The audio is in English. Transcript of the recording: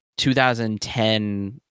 2010